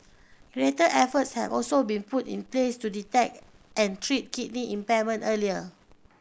greater efforts have also been put in place to detect and treat kidney impairment earlier